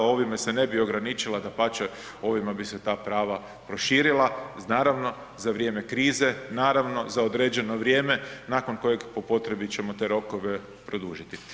A ovime se ne bi ograničila, dapače, ovima bi se ta prava proširila uz naravno za vrijeme krize, naravno za određeno vrijeme nakon kojeg po potrebi ćemo te rokove produljiti.